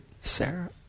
Sarah